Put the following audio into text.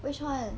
which one